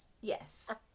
Yes